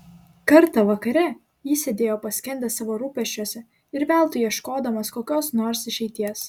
kartą vakare jis sėdėjo paskendęs savo rūpesčiuose ir veltui ieškodamas kokios nors išeities